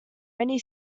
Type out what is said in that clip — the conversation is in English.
many